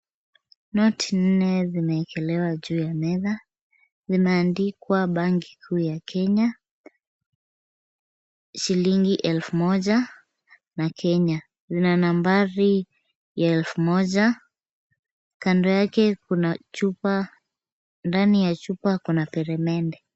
Noti nne zimeekelewa juu ya meza. Zimeandikwa bank kuu ya Kenya, shilingi elfu moja na Kenya. Zina nambari ya elfu moja. Kando yake kuna chupa. Ndani ya chupa kuna peremende.